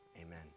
Amen